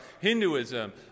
Hinduism